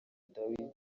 dawidi